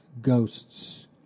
ghosts